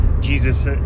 Jesus